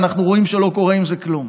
ואנחנו רואים שלא קורה עם זה כלום,